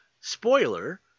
Spoiler